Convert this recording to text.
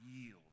yield